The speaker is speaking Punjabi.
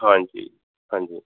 ਹਾਂਜੀ ਹਾਂਜੀ